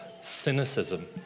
cynicism